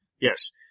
Yes